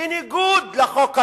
בניגוד לחוק הבין-לאומי.